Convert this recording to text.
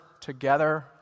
together